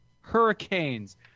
hurricanes